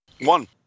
One